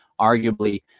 arguably